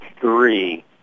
three